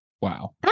Wow